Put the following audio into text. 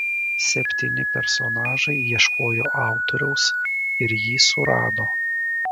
septyni personažai ieškojo autoriaus ir jį surado